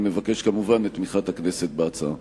אני מבקש כמובן את תמיכת הכנסת בהצעה.